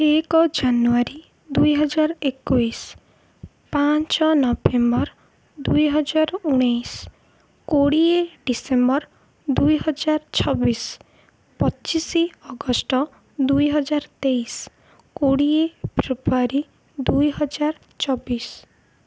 ଏକ ଜାନୁଆରୀ ଦୁଇହଜାର ଏକୋଇଶ ପାଞ୍ଚ ନଭେମ୍ବର୍ ଦୁଇହଜାର ଉଣେଇଶ କୋଡ଼ିଏ ଡିସେମ୍ବର୍ ଦୁଇହଜାର ଛବିଶ ପଚିଶି ଅଗଷ୍ଟ ଦୁଇହଜାର ତେଇଶ କୋଡ଼ିଏ ଫେବୃଆରୀ ଦୁଇହଜାର ଚବିଶ